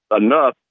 enough